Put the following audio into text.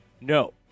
No